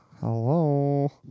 Hello